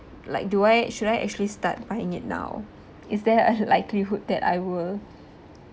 like do I should I actually start buying it now is there a likelihood that I will